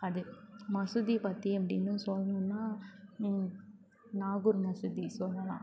அது மசூதியை பற்றி அப்படின்னு சொல்லணும்னா நாகூர் மசூதி சொல்லலாம்